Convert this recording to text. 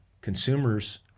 Consumers